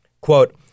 Quote